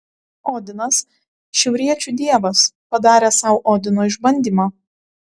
odinas šiauriečių dievas padaręs sau odino išbandymą